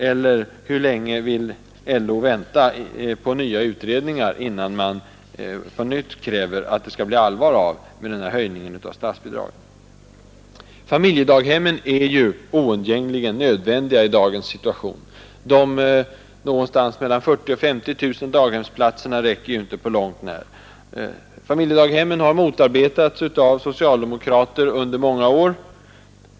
Eller hur länge vill LO vänta på nya utredningar innan man på nytt kräver en höjning av statsbidraget? Familjedaghemmen är oundgängligen nödvändiga i dagens situation. De mellan 40 000 och 50 000 daghemsplatserna räcker ju inte på långt när. Familjedaghemmen har motarbetats av socialdemokraterna under många år.